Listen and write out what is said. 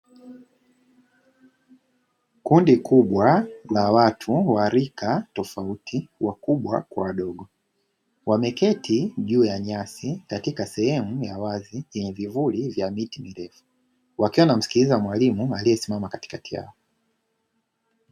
Kundi kubwa la watu wa rika tofauti wakubwa kwa wadogo. Wameketi juu ya nyasi katika sehemu ya wazi yenye vivuli vya miti mirefu. Wakiwa wanamsikiliza mwalimu aliyesimama katikati yao.